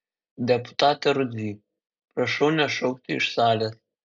deputate rudzy prašau nešaukti iš salės